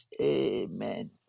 Amen